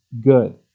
good